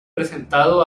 presentado